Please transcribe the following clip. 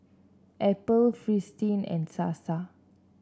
Apple Fristine and Sasa